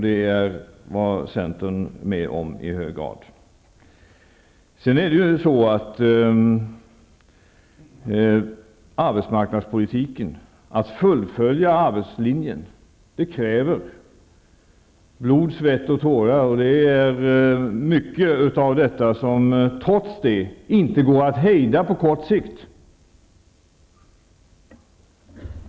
Det var centern med om i hög grad. För att fullfölja arbetslinjen krävs blod, svett och tårar. Trots detta är det mycket som det inte går att hejda på kort sikt.